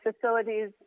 facilities